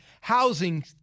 housing